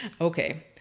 Okay